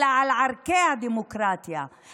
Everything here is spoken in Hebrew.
אלא על ערכי הדמוקרטיה.